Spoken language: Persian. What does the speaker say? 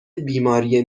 بیماری